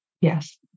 Yes